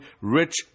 rich